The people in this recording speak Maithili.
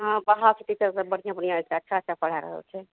हँ बाहरसँ टीचर सब बढ़िऑं बढ़िऑं अच्छा अच्छा पढ़ा रहल छै